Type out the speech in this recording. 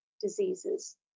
diseases